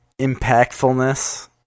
impactfulness